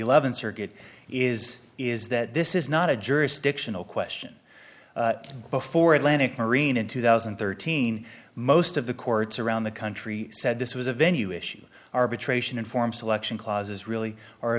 eleventh circuit is is that this is not a jurisdictional question before atlantic marine in two thousand and thirteen most of the courts around the country said this was a venue issue arbitration and form selection clauses really